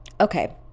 Okay